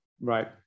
right